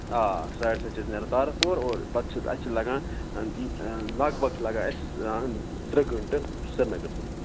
آ ساڑِ سَتہِ چھِ أسۍ نیران تارَس پوٗر اور پَتہٕ چھِ اَتہِ چھِ لَگان لَگ بَگ چھِ لَگان اَسہِ ترٛےٚ گٲنٛٹہٕ سریٖنگر تانۍ